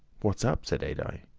what's up? said adye.